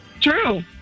True